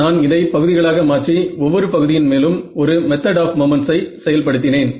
நான் இதை பகுதிகளாக மாற்றி ஒவ்வொரு பகுதியின் மேலும் ஒரு மெத்தட் ஆப் மொமெண்ட்ஸை செயல் படுத்தினேன்